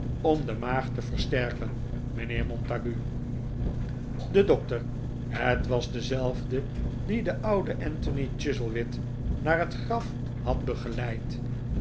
om de maag te versterken mijnheer montague de dokter het was dezelfde die den ouden anthony chuzzlewit naar het graf had begeleid